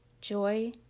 joy